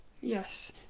Yes